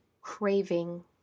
craving